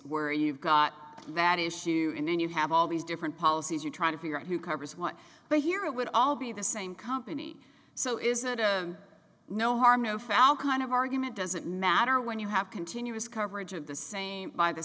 were you've got that issue and then you have all these different policies you're trying to figure out who covers what but here it would all be the same company so isn't a no harm no foul kind of argument doesn't matter when you have continuous coverage of the same by the